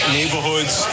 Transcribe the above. neighborhoods